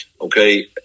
okay